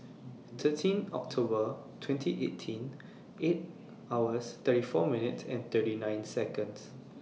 thirteen October twenty eighteen eight hours thirty four minutes thirty nine Seconds